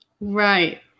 Right